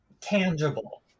tangible